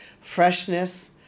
freshness